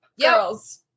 girls